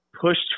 pushed